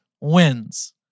wins